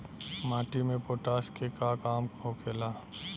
माटी में पोटाश के का काम होखेला?